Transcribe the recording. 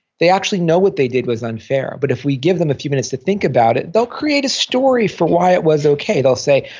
they actually know what they did was unfair, but if we give them a few minutes to think about it, they'll create a story for why it was okay. they'll say,